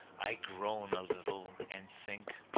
i groan a little, and think,